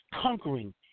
Conquering